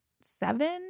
seven